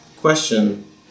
Question